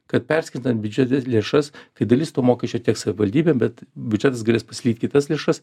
kad perskirta biudžete lėšas kai dalis to mokesčio teks savivaldybėm bet biudžetas galės pasilikt kitas lėšas